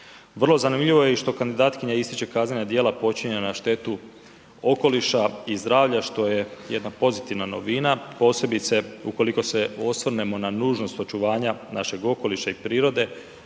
Vrlo zanimljivo je i što kandidatkinja ističe i kaznena djela počinjena na štetu okoliša i zdravlja, što je jedna pozitivna novina posebice ukoliko se osvrnemo na nužnost očuvanja našeg okoliša i prirode